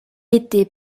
était